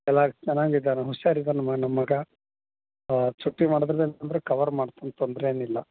ಎಲ್ಲಾ ಚೆನ್ನಾಗಿದನ ಹುಷಾರಿದನ ಮ ನಮ್ಮ ಮಗ ಚುಟ್ಟಿ ಮಾಡೋದಂದರೆ ಕವರ್ ಮಾಡ್ತನ ತೊಂದ್ರೇನು ಇಲ್ಲ